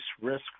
risk